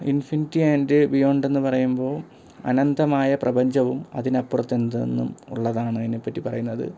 infinity and beyond എന്നു പറയുമ്പോൾ അനന്തമായ പ്രപഞ്ചവും അതിനപ്പുറത്ത് എന്തെന്നും ഉള്ളതാണതിനെപ്പറ്റി പറയുന്നത്